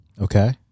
Okay